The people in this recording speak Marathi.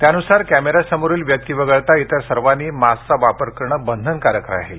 त्यानुसार कॅमे यासमोरील व्यक्ती वगळता इतर सर्वांनी मास्कचा वापर करणं बंधनकारक राहील